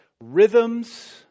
rhythms